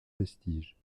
vestiges